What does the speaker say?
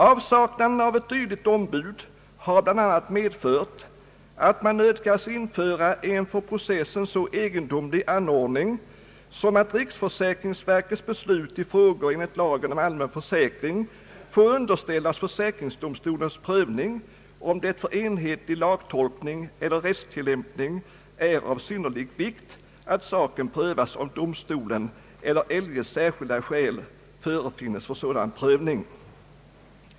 Avsaknaden av ett dylikt ombud har bl.a. medfört, att man nödgats införa en för processen så egendomlig anordning, som att riksförsäkringsverkets beslut i frågor enligt lagen om allmän försäkring får underställas försäkringsdomstolens prövning, om det för enhetlig lagtolkning eller rättstillämpning är av synnerlig vikt, att saken prövas av domstolen eller eljest särskilda skäl förefinnas för sådan prövning.